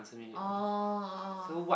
oh